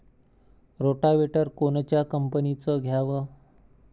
Rotavator कोनच्या कंपनीचं घ्यावं?